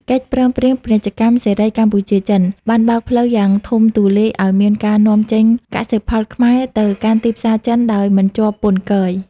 កិច្ចព្រមព្រៀងពាណិជ្ជកម្មសេរី កម្ពុជា-ចិន បានបើកផ្លូវយ៉ាងធំទូលាយឱ្យមានការនាំចេញកសិផលខ្មែរទៅកាន់ទីផ្សារចិនដោយមិនជាប់ពន្ធគយ។